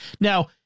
now